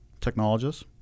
technologists